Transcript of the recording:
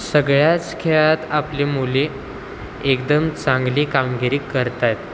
सगळ्याच खेळात आपली मुली एकदम चांगली कामगिरी करत आहेत